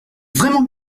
vraiment